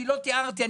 אני לא תיארתי לעצמי.